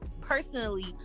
personally